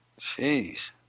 Jeez